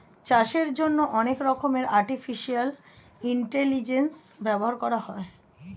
চাষের জন্যে অনেক রকমের আর্টিফিশিয়াল ইন্টেলিজেন্স ব্যবহার করা হয়